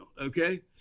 Okay